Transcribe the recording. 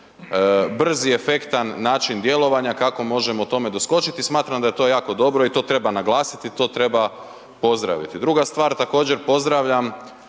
brzi i efektan način djelovanja kako možemo tome doskočiti, smatram da je to jako dobro i to treba naglasiti, to treba pozdraviti. Druga stvar, također pozdravljam